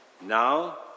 Now